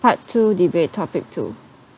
part two debate topic two